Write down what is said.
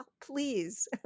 please